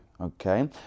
Okay